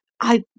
I